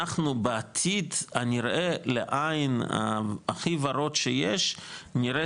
אנחנו בעתיד הנראה לעין הכי ורוד שיש נראה